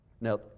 Now